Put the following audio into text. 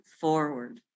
forward